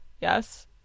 yes